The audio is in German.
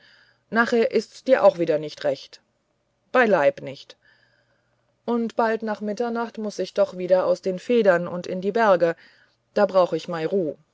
nachher is's dir auch wieder nicht recht beileib nicht und bald nach mitternacht muß ich doch wieder aus den federn und in die berge da brauch ich mei ruh